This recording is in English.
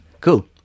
Cool